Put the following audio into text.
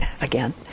again